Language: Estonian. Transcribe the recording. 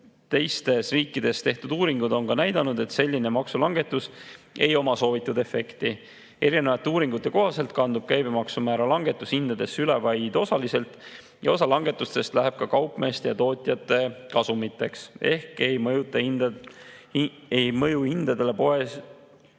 teistes riikides tehtud uuringud näitavad, et selline maksulangetus ei oma soovitud efekti. Erinevate uuringute kohaselt kandub käibemaksumäära langetus hindadesse üle vaid osaliselt ja osa langetusest läheb kaupmeeste ja tootjate kasumiks ehk mõju hindadele poes